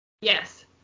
Yes